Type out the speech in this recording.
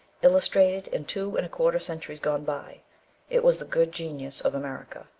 illustrated in two and a quarter centuries gone by it was the good genius of america.